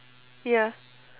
ya